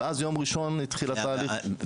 ואז יום ראשון התחיל התהליך --- שנייה,